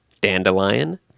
dandelion